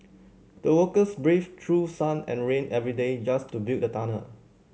the workers braved through sun and rain every day just to build the tunnel